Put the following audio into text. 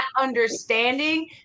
understanding